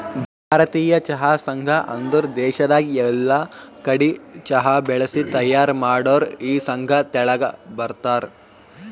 ಭಾರತೀಯ ಚಹಾ ಸಂಘ ಅಂದುರ್ ದೇಶದಾಗ್ ಎಲ್ಲಾ ಕಡಿ ಚಹಾ ಬೆಳಿಸಿ ತೈಯಾರ್ ಮಾಡೋರ್ ಈ ಸಂಘ ತೆಳಗ ಬರ್ತಾರ್